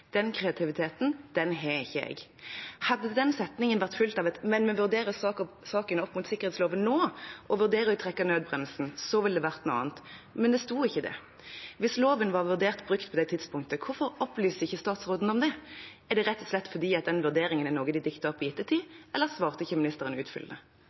Den kreativiteten har ikke jeg. Hadde den setningen vært fulgt av et «men vi vurderer saken opp mot sikkerhetsloven nå og vurderer å trekke i nødbremsen», ville det vært noe annet. Men det sto ikke det. Hvis loven var vurdert brukt på det tidspunktet, hvorfor opplyser ikke statsråden om det? Er det rett og slett fordi den vurderingen er noe de har diktet opp i ettertid, eller svarte ikke statsråden utfyllende?